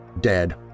dead